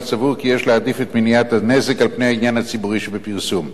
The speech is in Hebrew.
סבור כי יש להעדיף את מניעת הנזק על-פני העניין הציבורי שבפרסום.